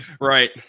Right